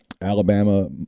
Alabama